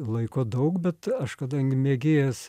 laiko daug bet aš kadangi mėgėjas